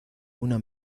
una